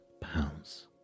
pounds